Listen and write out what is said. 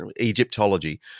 Egyptology